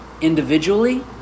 individually